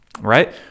right